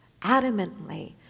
adamantly